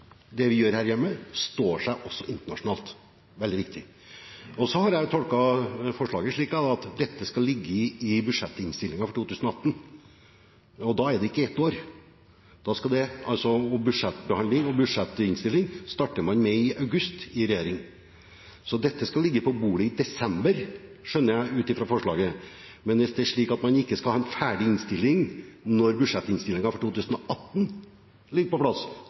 det vi gjør her hjemme, står seg også internasjonalt. Det er veldig viktig. Så har jeg tolket forslaget slik at dette skal ligge i budsjettinnstillingen for 2018, og da er det ikke ett år. Budsjettbehandling og budsjettinnstilling starter regjeringen med i august, så dette skal ligge på bordet i desember, skjønner jeg, ut fra forslaget. Men hvis det er slik at man ikke skal ha en ferdig innstilling når budsjettinnstillingen for 2018 er på plass,